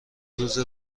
روز